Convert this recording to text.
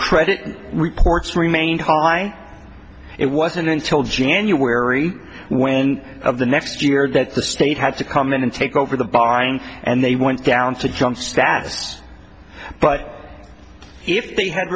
credit reports remained high it wasn't until january when of the next year that the state had to come in and take over the buying and they went down to junk status but if they had